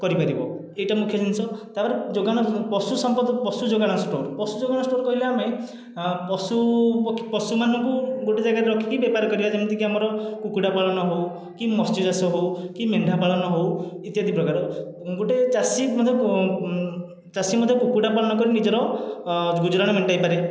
କରିପାରିବ ଏଇଟା ମୁଖ୍ୟ ଜିନିଷ ତା'ର ଯୋଗାଣ ପଶୁ ସମ୍ପଦ ପଶୁ ଯୋଗାଣ ଷ୍ଟୋର କହିଲେ ଆମେ ପଶୁ ପଶୁମାନଙ୍କୁ ଗୋଟିଏ ଜାଗାରେ ରଖିକି ବେପାର କରିବା ଯେମିତି କି ଆମର କୁକୁଡ଼ା ପାଳନ ହେଉ କି ମତ୍ସ୍ୟ ଚାଷ ହେଉ କି ମେଣ୍ଢା ପାଳନ ହେଉ ଇତ୍ୟାଦି ପ୍ରକାର ଗୋଟିଏ ଚାଷୀ ମଧ୍ୟ ଚାଷୀ ମଧ୍ୟ କୁକୁଡ଼ା ପାଳନ କରି ନିଜର ଗୁଜୁରାଣ ମେଣ୍ଟେଇ ପାରେ